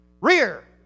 rear